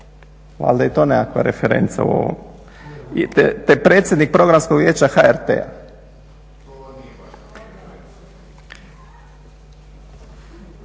valjda je i to nekakva referenca u ovom. Te predsjednik programskog vijeća HRT-a. Doktorica